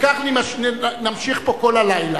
וכך נמשיך פה כל הלילה.